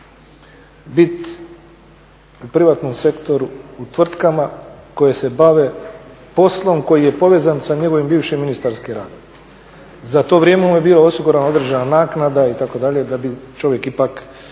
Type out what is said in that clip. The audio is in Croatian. bit u privatnom sektoru u tvrtkama koje se bave poslom koji je povezan sa njegovim ministarskim radom. Za to vrijeme mu je bila osigurana određena naknada itd. da bi čovjek ipak